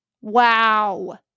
Wow